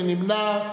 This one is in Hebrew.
מי נמנע?